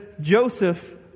Joseph